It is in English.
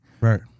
Right